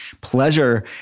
pleasure